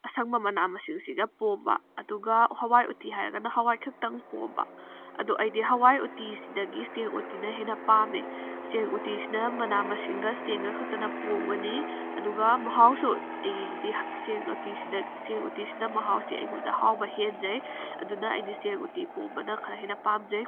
ꯑꯁꯪꯕ ꯃꯅꯥ ꯃꯁꯤꯡꯁꯤꯅ ꯄꯣꯝꯕ ꯑꯗꯨꯒ ꯍꯋꯥꯏ ꯎꯇꯤ ꯍꯥꯏꯔꯒꯅ ꯍꯋꯥꯏ ꯈꯛꯇꯪ ꯄꯣꯝꯕ ꯑꯗꯨ ꯑꯩꯗꯤ ꯍꯋꯥꯏ ꯎꯇꯤꯁꯤꯗꯒꯤ ꯆꯦꯡ ꯎꯇꯤꯅ ꯍꯦꯟꯅ ꯄꯥꯝꯃꯦ ꯆꯦꯡ ꯎꯇꯤꯁꯤꯅ ꯃꯅꯥ ꯃꯁꯤꯡꯒ ꯆꯦꯡꯒ ꯈꯛꯇꯅ ꯄꯣꯝꯒꯅꯤ ꯑꯗꯨꯒ ꯃꯍꯥꯎꯁꯨ ꯑꯩꯒꯤꯗꯤ ꯆꯦꯡ ꯎꯇꯤꯁꯤꯅ ꯆꯦꯡ ꯎꯇꯤꯁꯤꯅ ꯃꯍꯥꯎꯁꯦ ꯑꯩꯉꯣꯟꯗ ꯍꯥꯎꯕ ꯍꯦꯟꯖꯩ ꯑꯗꯨꯅ ꯑꯩꯗꯤ ꯆꯦꯡ ꯎꯇꯤ ꯄꯣꯝꯕꯅ ꯈꯔ ꯍꯦꯟꯅ ꯄꯥꯝꯖꯩ